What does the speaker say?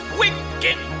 wicked